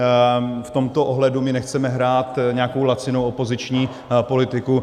V tomto ohledu nechceme hrát nějakou lacinou opoziční politiku.